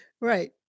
right